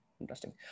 Interesting